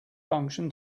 function